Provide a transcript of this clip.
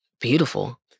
beautiful